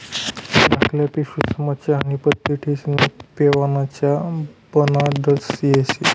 धाकल्ल्या पिशवीस्मा चहानी पत्ती ठिस्नी पेवाना च्या बनाडता येस